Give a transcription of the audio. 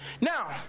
Now